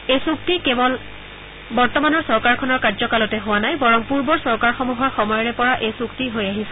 এই চুক্তি কেৱল বৰ্তমানৰ চৰকাৰখনৰ কাৰ্যকালতে হোৱা নাই বৰং পূৰ্বৰ চৰকাৰসমূহৰ সময়ৰে পৰা এই চুক্তি হৈ আহিছে